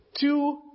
two